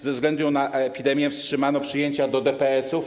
Ze względu na epidemię wstrzymano przyjęcia do DPS-ów.